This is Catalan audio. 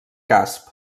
casp